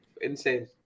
insane